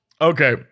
Okay